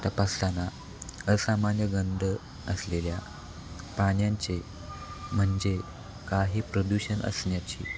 तपासताना असामान्य गंध असलेल्या पाण्याचे म्हणजे काही प्रदूषण असण्याची